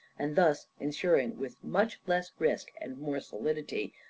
and thus ensuring with much less risk, and more solidity,